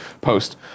post